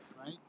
Right